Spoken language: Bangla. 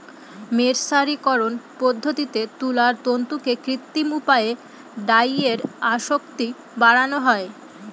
মের্সারিকরন পদ্ধতিতে তুলার তন্তুতে কৃত্রিম উপায়ে ডাইয়ের আসক্তি বাড়ানো হয়